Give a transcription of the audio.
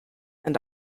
and